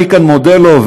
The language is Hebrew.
אני כאן מודה לו,